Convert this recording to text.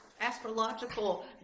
astrological